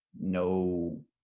no